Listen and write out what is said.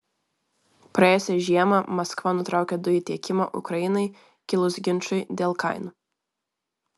praėjusią žiemą maskva nutraukė dujų tiekimą ukrainai kilus ginčui dėl kainų